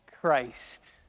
Christ